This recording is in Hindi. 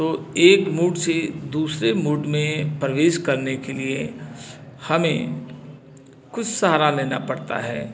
तो एक मूड से दूसरे मूड में प्रवेश करने के लिए हमें कुछ सहारा लेना पड़ता है